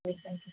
ah thank you sir